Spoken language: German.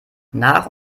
nach